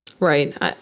Right